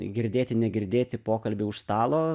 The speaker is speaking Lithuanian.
girdėti negirdėti pokalbiai už stalo